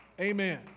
Amen